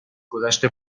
گذشت